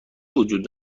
وجود